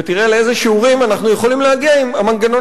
ותראה לאיזה שיעורים אנחנו יכולים להגיע עם המנגנון